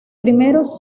primeros